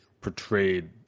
portrayed